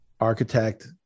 architect